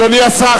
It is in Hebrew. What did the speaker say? אדוני השר,